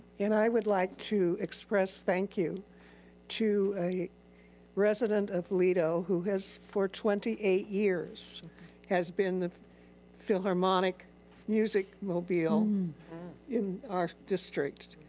and i would like to express thank you to a resident of ledo who has for twenty eight years has been the philharmonic music mobile in our district.